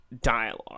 dialogue